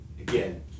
Again